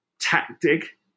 tactic